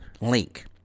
link